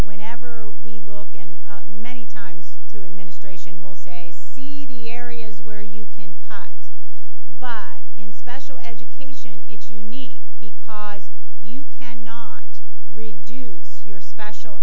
whenever we look and many times to administration will say see the areas where you can cut but in special education it's unique because you cannot reduce your special